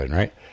right